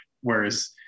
whereas